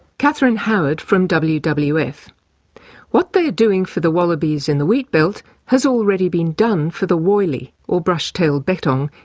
katherine howard from wwf. what they're yeah doing for the wallabies in the wheat belt has already been done for the woylie, or brush tailed bettong,